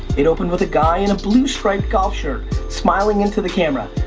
it opened with a guy in a blue-striped golf shirt smiling into the camera.